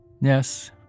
Yes